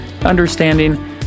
understanding